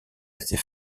assez